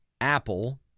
Apple